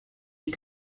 ich